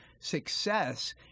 success